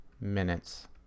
minutes